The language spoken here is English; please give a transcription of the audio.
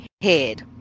head